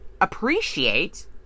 appreciate